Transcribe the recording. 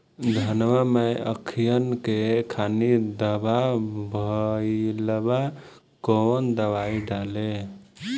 धनवा मै अखियन के खानि धबा भयीलबा कौन दवाई डाले?